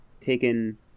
taken